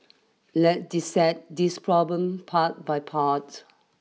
let dissect this problem part by part